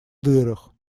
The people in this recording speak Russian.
дырах